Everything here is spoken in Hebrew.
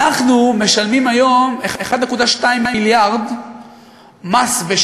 אנחנו משלמים היום מס 1.2 מיליארד בשנה,